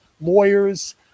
lawyers